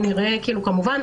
כמו שאמרת,